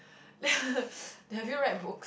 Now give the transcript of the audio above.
have you read books